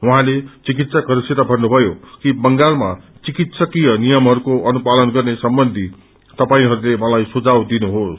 उहाँले चिकित्सकहरूसित भन्नुभयो कि ंगालमा चिकित्सकीय यिमहरूको अनुसपालन गर्ने सम्बन्धी तपाईहरूले मलाई सुझाव दिनुहोस